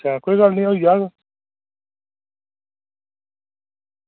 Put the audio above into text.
अच्छा कोई गल्ल निं होई जाह्ग